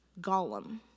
Gollum